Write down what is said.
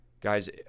guys